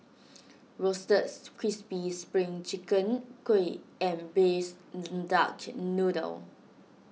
Roasted Crispy Spring Chicken Kuih and Braised Duck Noodle